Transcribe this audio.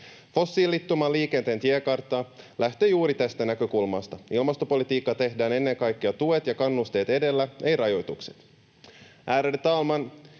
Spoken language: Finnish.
Fossiilittoman liikenteen tiekartta lähtee juuri tästä näkökulmasta. Ilmastopolitiikkaa tehdään ennen kaikkea tuet ja kannusteet edellä, ei rajoitukset.